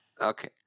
Okay